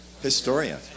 Historian